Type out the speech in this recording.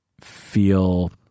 feel